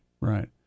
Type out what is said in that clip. right